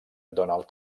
donald